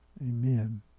Amen